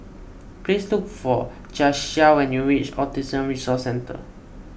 please look for Jasiah when you reach Autism Resource Centre